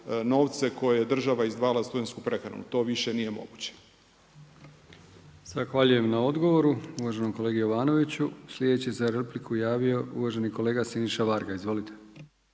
novce koja je država izdvajala za studentsku prehranu. To više nije moguće.